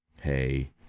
hey